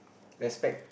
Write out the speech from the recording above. respect